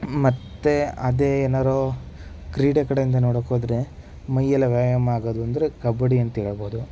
ಮತ್ತೆ ಅದೇ ಏನಾದ್ರು ಕ್ರೀಡೆ ಕಡೆಯಿಂದ ನೋಡೋಕ್ಕೋದ್ರೆ ಮೈಯೆಲ್ಲ ವ್ಯಾಯಾಮ ಆಗೋದು ಅಂದರೆ ಕಬಡ್ಡಿ ಅಂತ ಹೇಳ್ಬೋದು